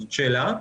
זאת שאלה,